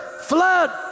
flood